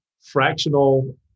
fractional